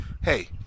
hey